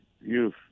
youth